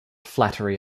flattery